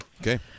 Okay